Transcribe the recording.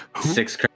six